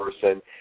person